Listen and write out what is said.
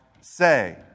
say